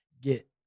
get –